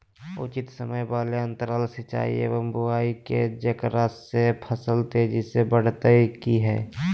उचित समय वाले अंतराल सिंचाई एवं बुआई के जेकरा से फसल तेजी से बढ़तै कि हेय?